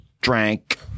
drank